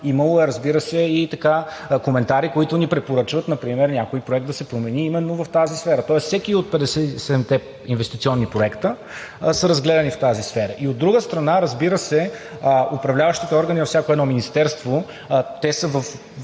Имало е, разбира се, и коментари, които ни препоръчват например някой проект да се промени именно в тази сфера. Тоест всеки от 7-те инвестиционни проекта са разгледани в тази сфера. И от друга страна, разбира се, управляващите органи във всяко едно министерство са